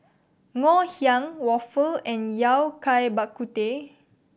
Ngoh Hiang waffle and Yao Cai Bak Kut Teh